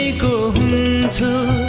ah go to